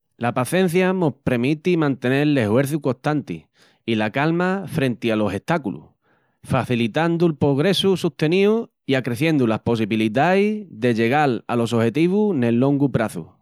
La pacencia mos premiti mantenel l'eshuerçu costanti i la calma frenti a los estáculus, facilitandu'l progressu susteníu i acreciendu las possibilidais de llegal alos ojetivus nel longu praçu.